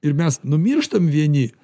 ir mes numirštam vieni